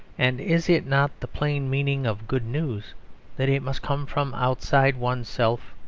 and is it not the plain meaning of good news that it must come from outside oneself?